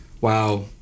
Wow